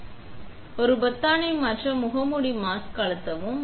நாங்கள் ஒரு வைத்து நாம் பொத்தானை மாற்ற முகமூடி மாஸ்க் அழுத்தவும்